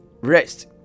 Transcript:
rest